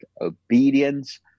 obedience